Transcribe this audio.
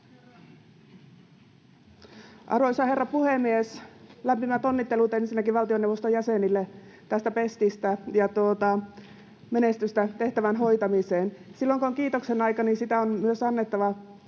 Arvoisa herra puhemies! Ensinnäkin lämpimät onnittelut valtioneuvoston jäsenille tästä pestistä ja menestystä tehtävän hoitamiseen. Silloin kun on kiitoksen aika, niin sitä on myös annettava.